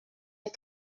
est